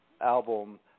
album